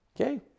okay